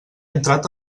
entrat